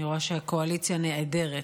אני רואה שהקואליציה נעדרת,